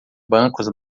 bancos